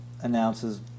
announces